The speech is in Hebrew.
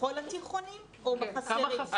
בכל התיכונים או בחסרים?